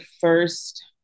first